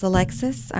Alexis